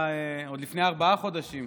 עוד לפני ארבעה חודשים,